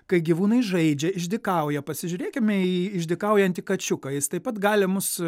kai gyvūnai žaidžia išdykauja pasižiūrėkime į išdykaujantį kačiuką jis taip pat gali mus